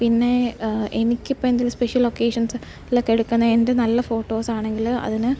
പിന്നെ എനിക്കിപ്പോൾ എന്തെങ്കിലും സ്പെഷ്യൽ ഒക്കേഷൻസ് ലൊക്കെ എടുക്കുന്ന എൻ്റെ നല്ല ഫോട്ടോസാണെങ്കിൽ അതിന്